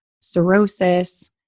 cirrhosis